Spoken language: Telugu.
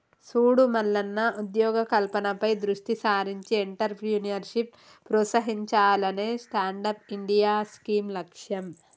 సూడు మల్లన్న ఉద్యోగ కల్పనపై దృష్టి సారించి ఎంట్రప్రేన్యూర్షిప్ ప్రోత్సహించాలనే స్టాండప్ ఇండియా స్కీం లక్ష్యం